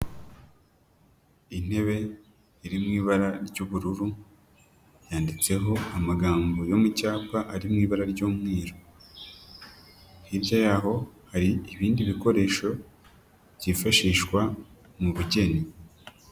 Intebe iri mu ibara ry'ubururu, yanditseho amagambo yo mu cyapa ari mu ibara ry'umweru. Hirya yaho hari ibindi bikoresho byifashishwa mu bugeni.